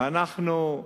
ואנחנו,